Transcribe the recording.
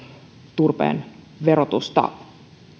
turpeen verotusta